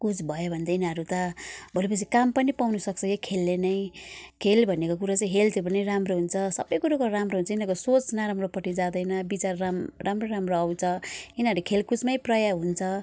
कुद भयो भने त यिनीहरू त भोलि पर्सी काम पनि पाउनु सक्छ यही खेललै नै खेल भनेको कुरो चाहिँ हेल्थ पनि राम्रो हुन्छ सबै कुरोको राम्रो हुन्छ यिनीहरूको सोच नराम्रोपट्टि जाँदैन विचार राम् राम्रो राम्रो आउँछ यिनीहरूले खेलकुदमै प्रायः हुन्छ